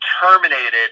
terminated